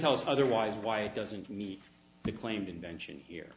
tell us otherwise why it doesn't meet the claimed invention here